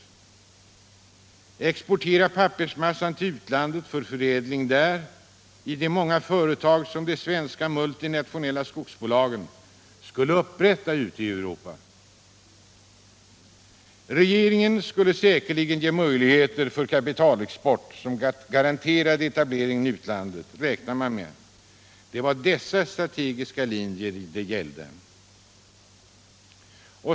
Man skulle exportera pappersmassan till utlandet för förädling i de många företag som de svenska multinationella skogsbolagen skulle upprätta där. Regeringen skulle säkerligen ge möjligheter för kapitalexport, som garanterade etableringen i utlandet. Det räknade man med. Det var dessa strategiska linjer det gällde.